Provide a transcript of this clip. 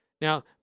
Now